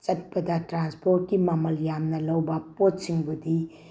ꯆꯠꯄꯗ ꯇ꯭ꯔꯥꯟꯁꯄ꯭ꯣꯔꯠꯀꯤ ꯃꯃꯜ ꯌꯥꯝꯅ ꯂꯧꯕ ꯄꯣꯠꯁꯤꯡꯕꯨꯗꯤ